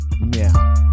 now